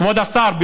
כבוד השר,